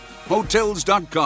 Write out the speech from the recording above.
Hotels.com